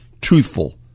truthful